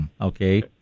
okay